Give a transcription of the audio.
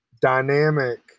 dynamic